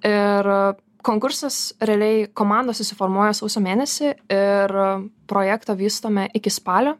ir konkursas realiai komandos susiformuoja sausio mėnesį ir projektą vystome iki spalio